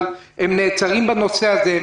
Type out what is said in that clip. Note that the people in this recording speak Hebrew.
אבל הם נעצרים בנושא הזה.